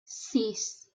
sis